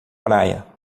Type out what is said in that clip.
praia